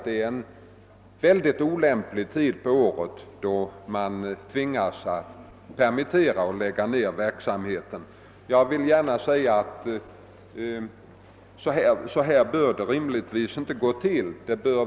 Det är en mycket olämplig tid på året för att lägga ned verksamheten och permittera folk. Jag vill gärna säga att så här bör det rimligtvis inte gå till vid en nedläggelse.